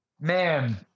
man